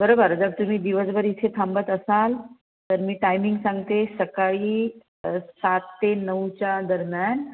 बरोबर जर तुम्ही दिवसभर इथे थांबत असाल तर मी टायमिंग सांगते सकाळी सात ते नऊच्या दरम्यान